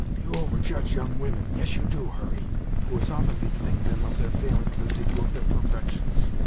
you over-judge young women yes, you do hurry who as often bethink them of their failings as they do of their perfections.